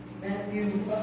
Matthew